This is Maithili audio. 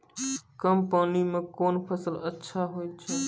कम पानी म कोन फसल अच्छाहोय छै?